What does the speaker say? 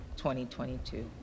2022